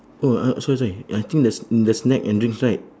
oh uh sorry sorry eh I think there's in the snack and drinks right